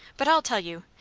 but i'll tell you!